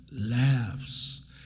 laughs